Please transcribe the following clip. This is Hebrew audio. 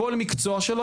בכל מקצוע שלו,